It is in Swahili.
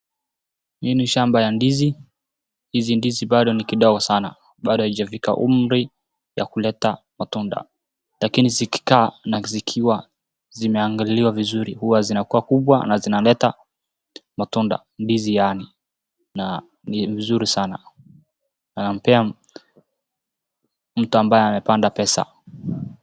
Hii ni shamba ya ndizi. Hizi ndizi bado ni kidogo sana bado haijafika umri ya kuleta matunda. Lakini zikikaa na zikiwa zimeangaliwa vizuri huwa zinakuwa kubwa na zinaleta matunda. Ndizi yani na ni vizuri sana. Na nampea mtu ambaye amepanda pesa.